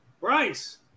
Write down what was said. Bryce